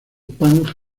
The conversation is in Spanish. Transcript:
punk